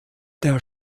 der